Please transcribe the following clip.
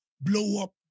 blow-up